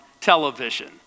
television